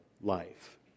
life